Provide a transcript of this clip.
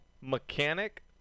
mechanic